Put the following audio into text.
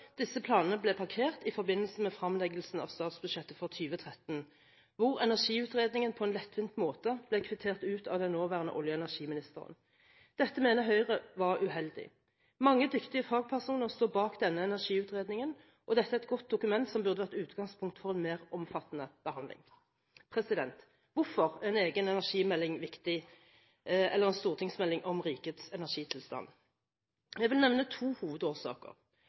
disse planene ble parkert i forbindelse med fremleggelsen av statsbudsjettet for 2013, hvor Energiutredningen på en lettvint måte ble kvittert ut av den nåværende olje- og energiministeren. Dette mener Høyre var uheldig. Mange dyktige fagpersoner står bak Energiutredningen, og dette er et godt dokument, som burde vært utgangspunkt for en mer omfattende behandling. Hvorfor er en egen energimelding viktig – eller en stortingsmelding om rikets energitilstand? Jeg vil nevne to hovedårsaker: